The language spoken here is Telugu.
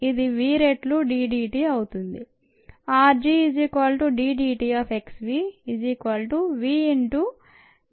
ఇది V రెట్లు d dt అవుతుంది